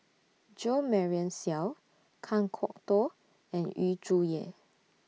Jo Marion Seow Kan Kwok Toh and Yu Zhuye